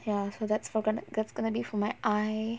ya so that's for that's gonna be for my eye